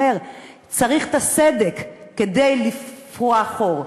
צריך את הסדק כדי לפעור חור.